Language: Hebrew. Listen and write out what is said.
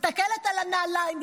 מסתכלת על הנעליים,